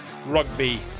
Rugby